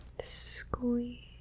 Squeeze